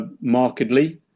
markedly